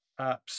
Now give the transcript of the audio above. apps